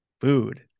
food